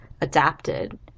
adapted